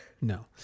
no